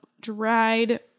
dried